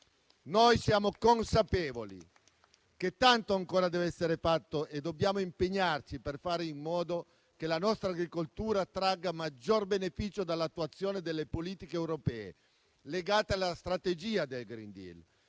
Noi siamo consapevoli che tanto ancora deve essere fatto e dobbiamo impegnarci per fare in modo che la nostra agricoltura tragga maggior beneficio dall'attuazione delle politiche europee legate alla strategia del *green deal*.